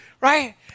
right